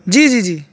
جی جی جی